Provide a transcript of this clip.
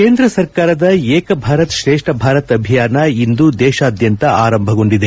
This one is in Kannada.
ಕೇಂದ್ರ ಸರ್ಕಾರದ ಏಕ್ ಭಾರತ್ ಶ್ರೇಷ್ಮ್ ಭಾರತ್ ಅಭಿಯಾನ ಇಂದು ದೇಶಾದ್ಯಂತ ಆರಂಭಗೊಂಡಿದೆ